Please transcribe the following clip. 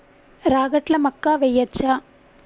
రాగట్ల మక్కా వెయ్యచ్చా?